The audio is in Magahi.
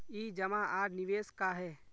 ई जमा आर निवेश का है?